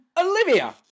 Olivia